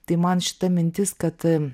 tai man šita mintis kad